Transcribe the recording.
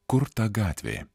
kur ta gatvė